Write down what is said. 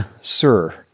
sir